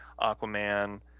aquaman